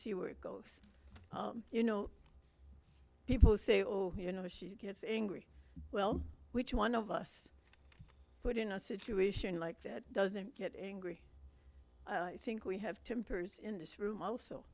see where it goes you know people say oh you know if she gets angry well which one of us but in a situation like that doesn't get angry i think we have tempers in this room also